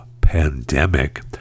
pandemic